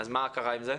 מה קרה עם זה?